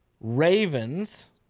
Ravens